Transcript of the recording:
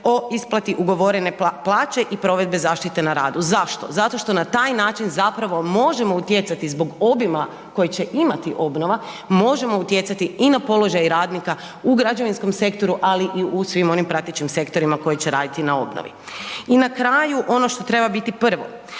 o isplati ugovorene plaće i provedbe zaštite na radu. Zašto? Zato što na taj način zapravo možemo utjecati zbog obima koji će imati obnova možemo utjecati i na položaj radnika u građevinskom sektoru, ali i u svim onim pratećim sektorima koji će raditi na obnovi. I na kraju, ono što treba biti prvo,